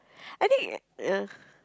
I think err